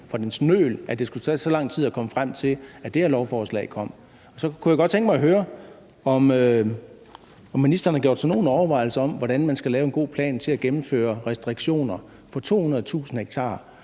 for dens nøl, og at det skulle tage så lang tid at komme frem til, at det her lovforslag kom. Så kunne jeg godt tænke mig at høre, om ministeren har gjort sig nogle overvejelser om, hvordan man skal lave en god plan til at gennemføre restriktioner på 200.000 ha,